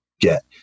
get